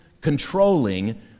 controlling